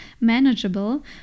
manageable